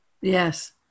Yes